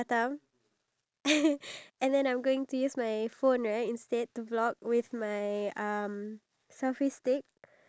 no because once I figure out the song then I know which scene should go first which scenes should go last